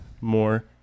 more